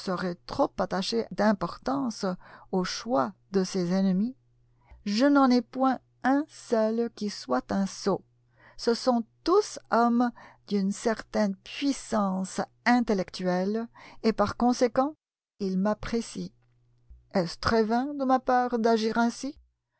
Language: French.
trop attacher d'importance au choix de ses ennemis je n'en ai point un seul qui soit un sot ce sont tous hommes d'une certaine puissance intellectuelle et par conséquent ils m'apprécient est ce très vain de ma part d'agir ainsi